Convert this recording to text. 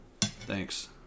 Thanks